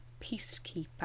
peacekeeper